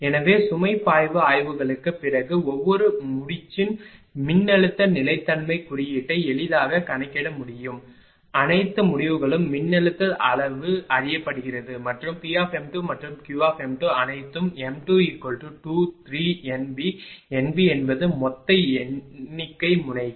எனவே சுமை பாய்வு ஆய்வுகளுக்குப் பிறகு ஒவ்வொரு முடிச்சின் மின்னழுத்த நிலைத்தன்மைக் குறியீட்டை எளிதாகக் கணக்கிட முடியும் அனைத்து முடிவுகளும் மின்னழுத்த அளவு அறியப்படுகிறது மற்றும் P மற்றும் Q அனைத்தும் m223NB NB என்பது மொத்த எண்ணிக்கை முனைகள்